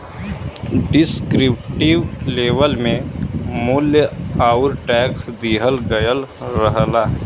descriptive label में मूल्य आउर टैक्स दिहल गयल रहला